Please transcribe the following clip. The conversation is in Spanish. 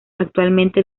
actualmente